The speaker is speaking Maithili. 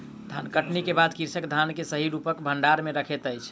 धानकटनी के बाद कृषक धान के सही रूप सॅ भंडार में रखैत अछि